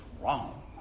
wrong